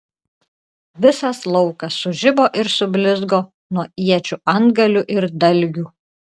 visas laukas sužibo ir sublizgo nuo iečių antgalių ir dalgių